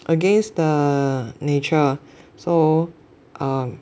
against the nature so um